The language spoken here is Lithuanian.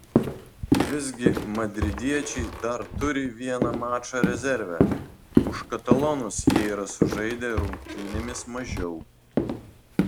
visgi madridiečiai dar turi vieną mačą rezerve už katalonus jie yra sužaidę rungtynėmis mažiau